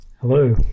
Hello